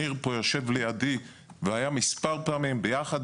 יושב לידי ניר והוא היה מספר פעמים יחד